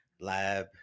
lab